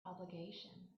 obligation